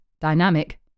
dynamic